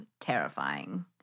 terrifying